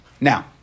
Now